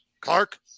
Clark